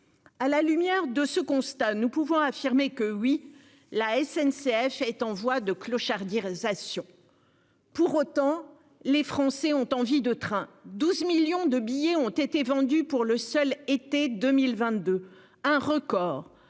À la lumière de ce constat, nous pouvons affirmer que oui. La SNCF est en voie de clochardisation. Pour autant, les Français ont envie de trains, 12 millions de billets ont été vendus pour le seul. Été 2022, un record,